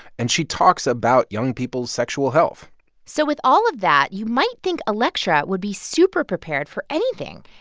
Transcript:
and she talks about young people's sexual health so with all of that, you might think electra would be super-prepared for anything,